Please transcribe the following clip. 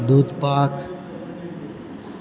દૂધપાક